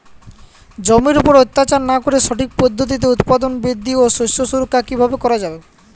জমির উপর অত্যাচার না করে সঠিক পদ্ধতিতে উৎপাদন বৃদ্ধি ও শস্য সুরক্ষা কীভাবে করা যাবে?